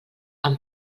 amb